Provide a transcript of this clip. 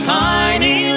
tiny